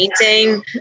painting